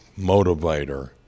motivator